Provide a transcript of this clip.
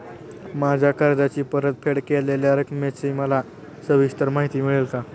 माझ्या कर्जाची परतफेड केलेल्या रकमेची मला सविस्तर माहिती मिळेल का?